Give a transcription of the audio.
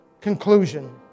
conclusion